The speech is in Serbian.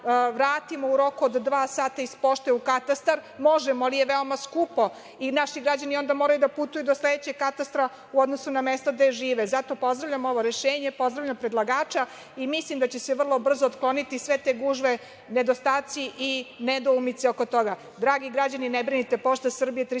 vratimo u roku od dva sata iz pošte u katastar. Možemo, ali je veoma skupo i naši građani onda moraju da putuju do sledećeg katastra u odnosu na mesto gde žive. Zato pozdravljam ovo rešenje, pozdravljam predlagača i mislim da će se vrlo brzo otkloniti sve te gužve, nedostaci i nedoumice oko toga. Dragi građani, ne brinite, Pošta Srbija je